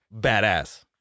badass